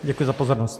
Děkuji za pozornost.